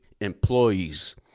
employees